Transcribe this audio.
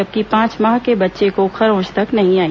जबकि पांच माह के बच्चे को खरोच तक नहीं आई